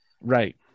Right